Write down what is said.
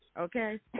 okay